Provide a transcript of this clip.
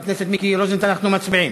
חבר הכנסת מיקי רוזנטל, אנחנו מצביעים.